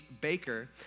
baker